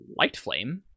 Lightflame